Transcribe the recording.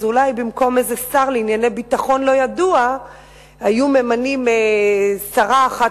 אז אולי במקום איזה שר לביטחון לא ידוע היו ממנים שרה אחת